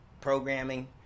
Programming